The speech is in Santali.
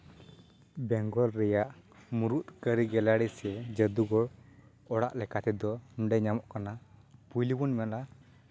ᱵᱮᱝᱜᱚᱞ ᱨᱮᱭᱟᱜ ᱢᱩᱬᱩᱛ ᱠᱟᱹᱨᱤ ᱜᱮᱞᱟᱨᱤ ᱥᱮ ᱡᱟᱹᱫᱩᱜᱷᱚᱨ ᱚᱲᱟᱜ ᱞᱮᱠᱟ ᱛᱮᱫᱚ ᱱᱚᱰᱮ ᱧᱟᱢᱚᱜ ᱠᱟᱱᱟ ᱯᱩᱭᱞᱩ ᱵᱚᱱ ᱢᱮᱱᱟ